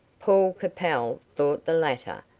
paul capel thought the latter,